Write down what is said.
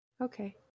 Okay